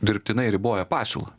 dirbtinai riboja pasiūlą